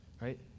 right